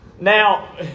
Now